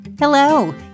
Hello